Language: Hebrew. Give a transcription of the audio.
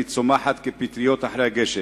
והיא צומחת כפטריות אחרי הגשם.